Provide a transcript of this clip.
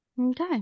Okay